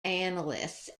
analysts